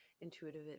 intuitive